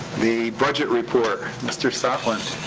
the budget report. mr. sotland.